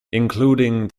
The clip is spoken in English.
including